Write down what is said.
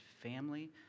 family